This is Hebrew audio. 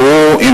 והוא,